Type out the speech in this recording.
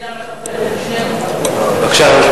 אלא אם